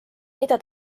mida